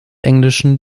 englischen